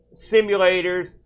simulators